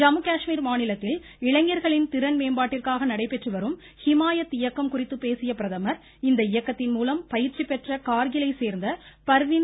ஜம்மு காஷ்மீர் மாநிலத்தில் இளைஞர்களின் திறன் மேம்பாட்டிற்காக நடைபெற்றுவரும் ஹிமாயத் இயக்கம் குறித்து பேசிய பிரதமர் இந்த இயக்கத்தின்மூலம் பயிற்சி பெற்ற கார்கிலைச் சேர்ந்த பர்வீன்